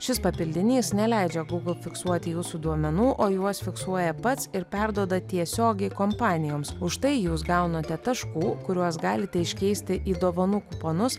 šis papildinys neleidžia google fiksuoti jūsų duomenų o juos fiksuoja pats ir perduoda tiesiogiai kompanijoms už tai jūs gaunate taškų kuriuos galite iškeisti į dovanų kuponus